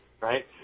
right